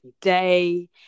day